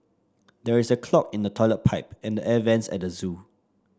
there is a clog in the toilet pipe and the air vents at the zoo